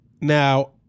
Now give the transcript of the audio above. Now